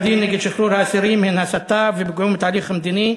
שחרור האסירים הן הסתה ופגיעה בתהליך המדיני,